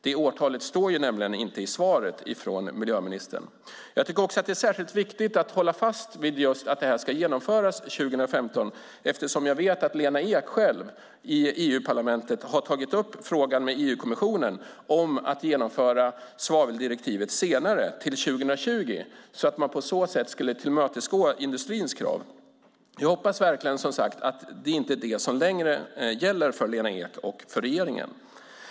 Det årtalet står nämligen inte i svaret från miljöministern. Jag tycker att det är särskilt viktigt att hålla fast vid att direktivet ska genomföras 2015 eftersom jag vet att Lena Ek i EU-parlamentet tagit upp frågan med EU-kommissionen om att genomföra svaveldirektivet senare, 2020, och på så sätt tillmötesgå industrins krav. Jag hoppas verkligen att det inte längre gäller för Lena Ek och regeringen.